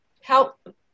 help